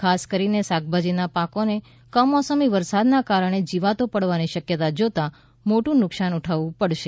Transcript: ખાસ કરીને શાકભાજીના પાકોને કમૌસમી વરસાદના કારણે જીવાતો પડવાની શક્યતાઓ જોતા મોટું નુકસાન ઉઠાવવુ પડશે